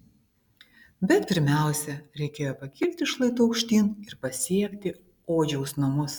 bet pirmiausia reikėjo pakilti šlaitu aukštyn ir pasiekti odžiaus namus